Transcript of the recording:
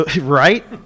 Right